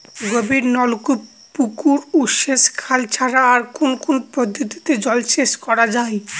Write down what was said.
গভীরনলকূপ পুকুর ও সেচখাল ছাড়া আর কোন কোন পদ্ধতিতে জলসেচ করা যায়?